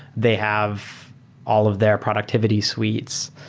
they have all of their productivity suites,